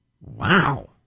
Wow